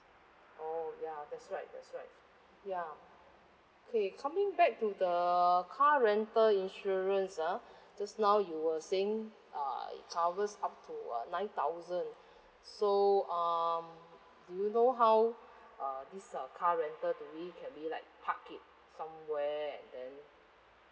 oh ya that's right that's right ya okay coming back to the car rental insurance ah just now you were saying uh it covers up to uh nine thousand so um do you know how um this uh car rental do we can be like parked it somewhere and then